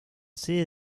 sede